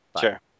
Sure